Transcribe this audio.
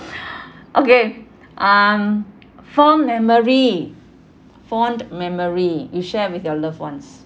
okay um fond memory fond memory you share with your loved ones